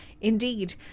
Indeed